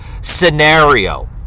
scenario